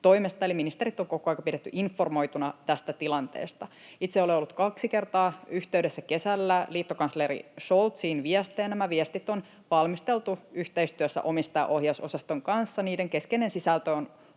eli ministerit on koko ajan pidetty informoituina tästä tilanteesta. Itse olen ollut kesällä kaksi kertaa yhteydessä liittokansleri Scholziin viestein, ja nämä viestit on valmisteltu yhteistyössä omistajaohjausosaston kanssa. Niiden keskeinen sisältö on